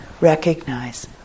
Recognize